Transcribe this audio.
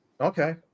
okay